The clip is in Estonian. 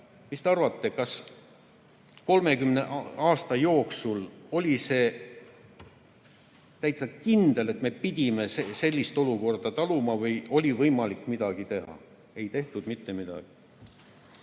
Mis te arvate, kas 30 aasta jooksul oli see täitsa kindel, et me pidime sellist olukorda taluma, või oli võimalik midagi teha? Ei tehtud mitte midagi.